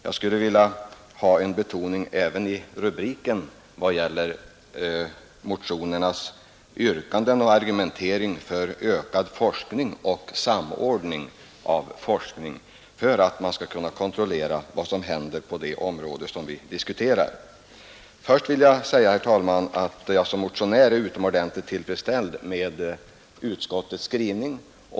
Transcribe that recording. Jag skulle nog i rubriken vilja ha fram motionernas yrkanden och argumentering för ökad forskning och samordning av forskningen för att man skall kunna veta mera om de olika förutsättningarna på det område som vi nu diskuterar. Som motionär, herr talman, är jag tillfredsställd med utskottets skrivning.